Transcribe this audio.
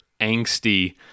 angsty